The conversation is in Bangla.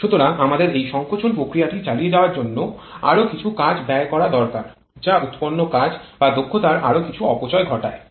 সুতরাং আমাদের এই সংকোচন প্রক্রিয়াটি চালিয়ে যাওয়ার জন্য আরও কিছু কাজ ব্যয় করা দরকার যা উৎপন্ন কাজ বা দক্ষতায় আরও কিছু অপচয় ঘটায়